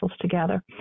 together